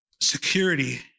security